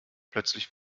plötzlich